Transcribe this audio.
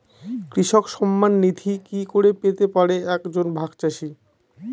কৃষক সন্মান নিধি কি করে পেতে পারে এক জন ভাগ চাষি?